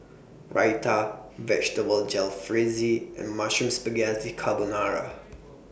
Raita Vegetable Jalfrezi and Mushroom Spaghetti Carbonara